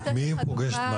את מי היא פוגשת?